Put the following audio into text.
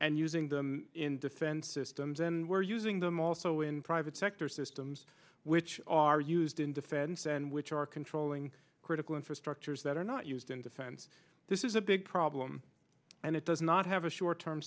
and using them in defense systems and we're using them also in private sector systems which are used in defense and which are controlling critical infrastructures that are not used in defense this is a big problem and it does not have a short term